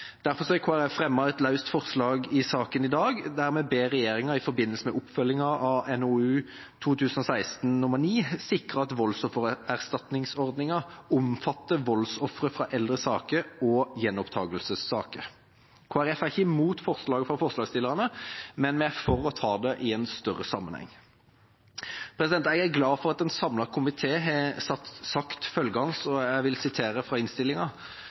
har Kristelig Folkeparti fremmet et løst forslag i saken i dag der vi ber regjeringa i forbindelse med oppfølgingen av NOU 2016: 9 sikre at voldsoffererstatningsordningen omfatter voldsofre fra eldre saker og gjenopptakelsessaker. Kristelig Folkeparti er ikke imot representantforslaget fra forslagsstillerne – men vi er for å ta det i en større sammenheng. Jeg er glad for at en samlet komité har sagt følgende – jeg vil sitere fra innstillinga: